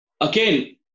Again